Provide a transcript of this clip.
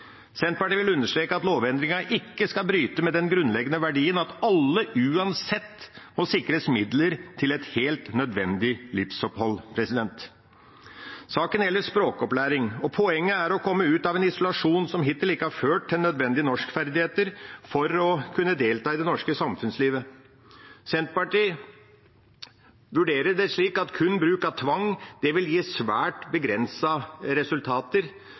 Senterpartiet vil understreke at lovendringen ikke skal bryte med den grunnleggende verdien at alle, uansett, må sikres midler til et helt nødvendig livsopphold. Saken gjelder språkopplæring, og poenget er å komme ut av en isolasjon som hittil ikke har ført til nødvendige norskferdigheter for å kunne delta i det norske samfunnslivet. Senterpartiet vurderer det slik at kun bruk av tvang vil gi svært begrensede resultater.